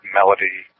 melody